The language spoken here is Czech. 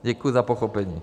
Děkuji za pochopení.